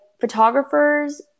photographers